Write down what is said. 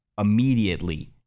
immediately